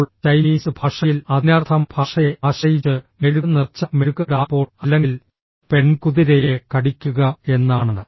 ഇപ്പോൾ ചൈനീസ് ഭാഷയിൽ അതിനർത്ഥം ഭാഷയെ ആശ്രയിച്ച് മെഴുക് നിറച്ച മെഴുക് ടാഡ്പോൾ അല്ലെങ്കിൽ പെൺ കുതിരയെ കടിക്കുക എന്നാണ്